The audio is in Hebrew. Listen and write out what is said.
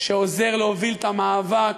שעוזר להוביל את המאבק,